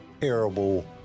terrible